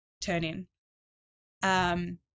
turn-in